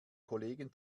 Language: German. kollegen